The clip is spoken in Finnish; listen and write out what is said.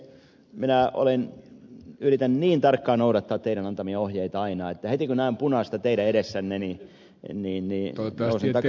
minä yritän niin tarkkaan noudattaa teidän antamianne ohjeita aina että heti kun näen punaista teidän edessänne niin nousen takajaloilleni ja poistun takaviistoon